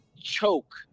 choke